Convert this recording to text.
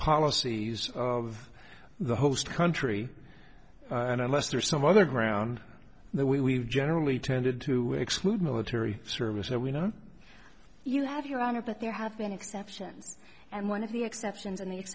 policies of the host country and unless there's some other ground there we generally tended to exclude military service that we know you have your honor but there have been exceptions and one of the exceptions and the